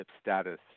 status